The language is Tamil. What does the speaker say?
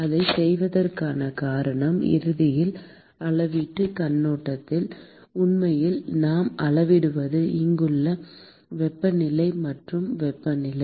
அதைச் செய்வதற்கான காரணம் இறுதியில் அளவீட்டுக் கண்ணோட்டத்தில் உண்மையில் நான் அளவிடுவது இங்குள்ள வெப்பநிலை மற்றும் வெப்பநிலை